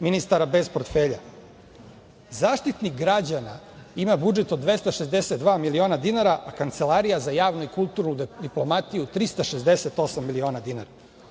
ministara bez portfelja.Zaštitnik građana ima budžet od 262 miliona dinara, a Kancelarija za javnu i kulturnu diplomatiju 368 miliona dinara.